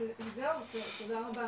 וזהו תודה רבה.